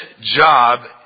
job